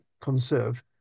conserve